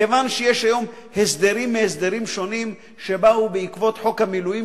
כיוון שיש היום הסדרים מהסדרים שונים שבאו בעקבות חוק המילואים,